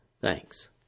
Thanks